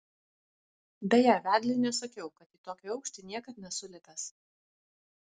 beje vedliui nesakiau kad į tokį aukštį niekad nesu lipęs